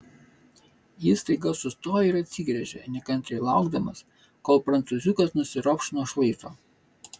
jis staiga sustojo ir atsigręžė nekantriai laukdamas kol prancūziukas nusiropš nuo šlaito